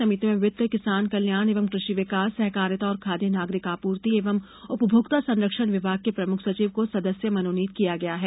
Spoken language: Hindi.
समिति में वित्त किसान कल्याण एवं क्रषि विकास सहकारिता और खाद्य नागरिक आपूर्ति एवं उपभोक्ता संरक्षण विभाग के प्रमुख सचिव को सदस्य मनोनीत किया गया है